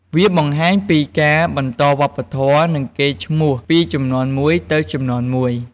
វាបង្ហាញពីការបន្តវប្បធម៌ នឹងកេរ្ត៍ឈ្មោះពីជំនាន់មួយទៅជំនាន់មួយ។